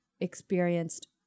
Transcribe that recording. experienced